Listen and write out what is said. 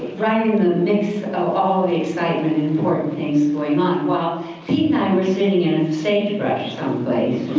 right in the midst of all the excitement and important things going on. while pete and i were sitting in a sage brush someplace.